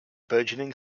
burgeoning